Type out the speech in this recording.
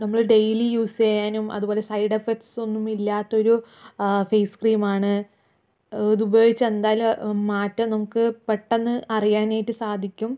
നമ്മൾ daily use ചെയ്യാനും അതുപോലെ സൈഡ് എഫക്റ്റ്സ് ഒന്നും ഇല്ലാത്തൊരു ഫേസ് ക്രീമാണ് ഇതുപയോഗിച്ച് എന്തായാലും മാറ്റം നമുക്ക് പെട്ടന്ന് അറിയാനായിട്ട് സാധിക്കും